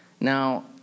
Now